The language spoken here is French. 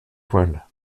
voile